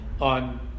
On